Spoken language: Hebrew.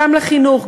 גם לחינוך,